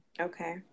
Okay